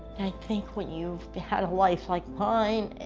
i think when you've had a life like mine and